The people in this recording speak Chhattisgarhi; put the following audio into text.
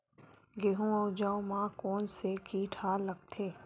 गेहूं अउ जौ मा कोन से कीट हा लगथे?